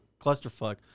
clusterfuck